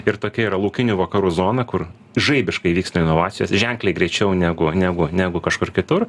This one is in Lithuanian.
ir tokia yra laukinių vakarų zona kur žaibiškai vyksta inovacijos ženkliai greičiau negu negu negu kažkur kitur